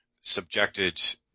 subjected